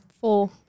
Four